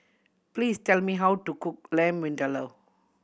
please tell me how to cook Lamb Vindaloo